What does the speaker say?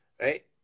right